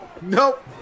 Nope